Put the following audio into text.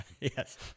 Yes